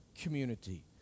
community